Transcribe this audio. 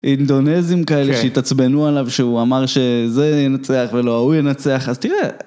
אינדונזים כאלה שהתעצבנו עליו שהוא אמר שזה ינצח ולא ההוא ינצח אז תראה.